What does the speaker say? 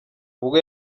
ubwo